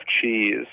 cheese